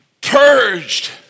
purged